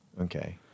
Okay